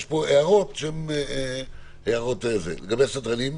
מה לגבי הסדרנים?